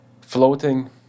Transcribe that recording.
floating